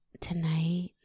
Tonight